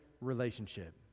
relationship